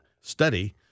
study